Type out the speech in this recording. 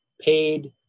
paid